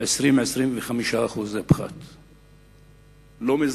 20% 25% זה פחת.